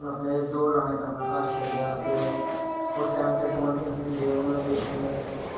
ओह् सारे पोडर आह्ले सारे में रक्खे दे होंदे हे ते में तरे तरें दे बनांदी ही